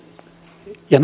ja